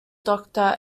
doctor